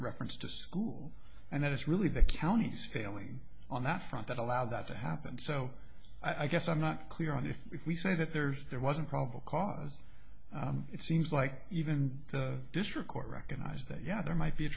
reference to school and that it's really the county's failing on that front that allowed that to happen so i guess i'm not clear on if we say that there's there wasn't probable cause it seems like even district court recognized that yeah there might be a